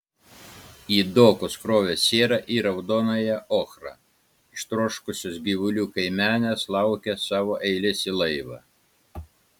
į dokus krovė sierą ir raudonąją ochrą ištroškusios gyvulių kaimenės laukė savo eilės į laivą